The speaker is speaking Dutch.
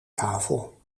kavel